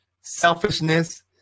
selfishness